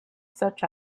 such